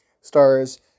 Stars